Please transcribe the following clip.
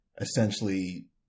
essentially